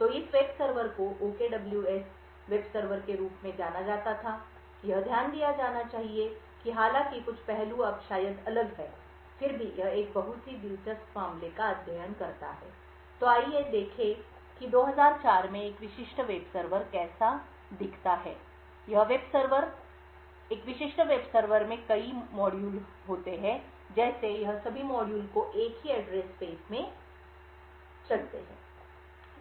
तो इस web server को OKWS वेब सर्वर के रूप में जाना जाता था यह ध्यान दिया जाना चाहिए कि हालांकि कुछ पहलू अब शायद अलग हैं फिर भी यह एक बहुत ही दिलचस्प मामले का अध्ययन करता है तो आइए देखें कि 2004 में एक विशिष्ट वेब सर्वर कैसा दिखता है यह वेब सर्वर एक विशिष्ट वेब सर्वर में कई मॉड्यूल होते हैं जैसे यह सभी मॉड्यूल एक ही एड्रेस स्पेस में चलते हैं